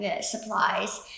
supplies